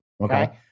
Okay